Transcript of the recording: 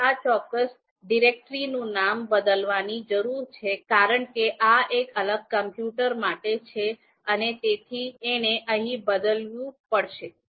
મારે આ ચોક્કસ ડિરેક્ટરીનું નામ બદલવાની જરૂર છે કારણ કે આ એક અલગ કમ્પ્યુટર માટે છે અને તેથી એણે અહીં બદલવું પડશે